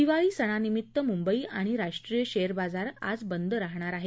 दिवाळी सणानिमीत्त मुंबई आणि आणि राष्ट्रीय शेअर बाजार आज बंद असणार आहेत